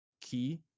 key